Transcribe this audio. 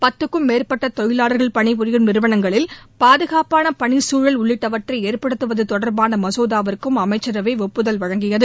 பத்துக்கும் மேற்பட்ட தொழிலாளர்கள் பணிபுரியும் நிறுவனங்களில் பாதுகாப்பான பணி சூழல் உள்ளிட்டவற்றை ஏற்படுத்துவது தொடர்பான மசோதாவுக்கும் அமைச்சரவை ஒப்புதல் வழங்கியது